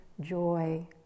joy